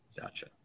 Gotcha